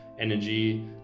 energy